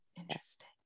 interesting